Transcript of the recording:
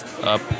up